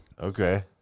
Okay